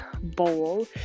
bowl